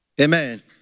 Amen